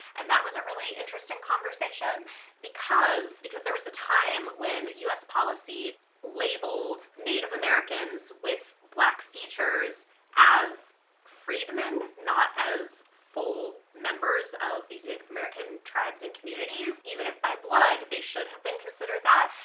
and that was a really interesting conversation because, because there was a time when us policy labeled native americans with black features as freedmen, not as full members of these native american tribes and communities, even if by blood they should have been considered that.